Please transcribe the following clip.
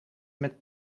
met